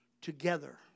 together